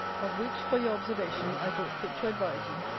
of which, for your observation, i thought fit to advise you.